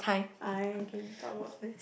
I can talk about